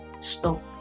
stop